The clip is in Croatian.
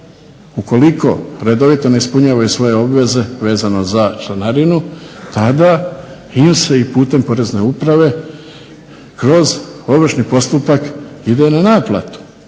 ukoliko redovito ne ispunjavaju svoje obveze vezano za članarinu, tada im se i putem Porezne uprave i kroz ovršni postupak ide na naplatu.